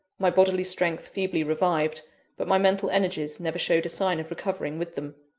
my bodily strength feebly revived but my mental energies never showed a sign of recovering with them.